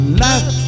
life